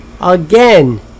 again